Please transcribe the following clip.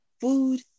Food